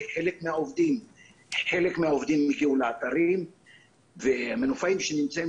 כי חלק מהעובדים הגיעו לאתרים והמנופאים שנמצאים